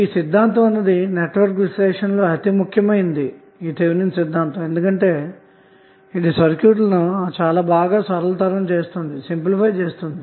ఈ సిద్ధాంతం అన్నది నెట్వర్క్ విశ్లేషణ లో అతి ముఖ్యమైనది ఎందుకంటె ఇది సర్క్యూట్ ల ను బాగా సరళతరం చేస్తుంది